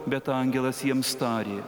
bet angelas jiems tarė